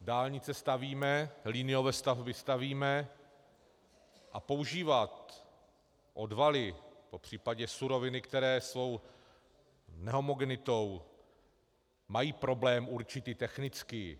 dálnice stavíme, liniové stavby stavíme, a používat odvaly, popřípadě suroviny, které svou nehomogenitou mají problém určitý technický...